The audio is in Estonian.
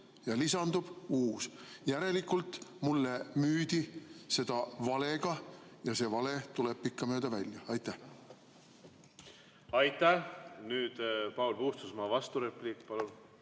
ja lisandub uus. Järelikult müüdi mulle seda valega ja see vale tuleb pikkamööda välja. Aitäh! Aitäh! Nüüd Paul Puustusmaa vasturepliik,